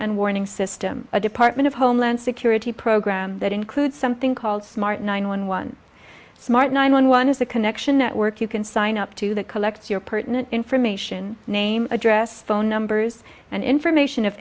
and warning system a department of homeland security program that includes something called smart nine one one smart nine one one is the connection network you can sign up to that collects your pertinent information name address phone numbers and information